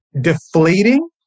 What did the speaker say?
deflating